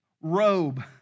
robe